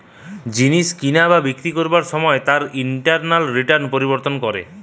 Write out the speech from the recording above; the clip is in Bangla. জিনিস কিনা বা বিক্রি করবার সময় তার ইন্টারনাল রিটার্ন পরিবর্তন করে